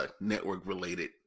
network-related